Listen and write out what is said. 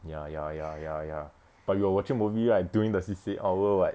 ya ya ya ya ya but you were watching movie right during the C_C_A hour [what]